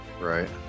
Right